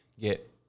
get